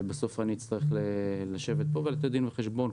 ובסוף אני אצטרך לשבת פה ולתת דין וחשבון.